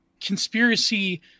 conspiracy